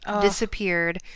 disappeared